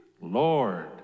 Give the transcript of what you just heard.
Lord